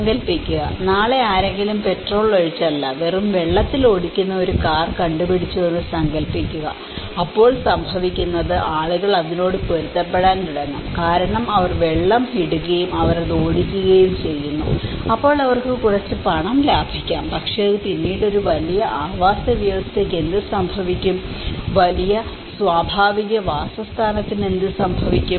സങ്കൽപ്പിക്കുക നാളെ ആരെങ്കിലും പെട്രോളൊഴിച്ചല്ല വെറും വെള്ളത്തിൽ ഓടിക്കുന്ന ഒരു കാർ കണ്ടുപിടിച്ചുവെന്ന് സങ്കൽപ്പിക്കുക അപ്പോൾ സംഭവിക്കുന്നത് ആളുകൾ അതിനോട് പൊരുത്തപ്പെടാൻ തുടങ്ങും കാരണം അവർ അതിൽ വെള്ളം ഇടുകയും അവർ അത് ഓടിക്കുകയും ചെയ്യുന്നു അപ്പോൾ അവർക്ക് കുറച്ച് പണം ലാഭിക്കാം പക്ഷേ പിന്നീട് ഒരു വലിയ ആവാസവ്യവസ്ഥയ്ക്ക് എന്ത് സംഭവിക്കും വലിയ സ്വാഭാവിക വാസസ്ഥലത്തിനു എന്ത് സംഭവിക്കും